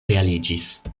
realiĝis